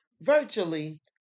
Virtually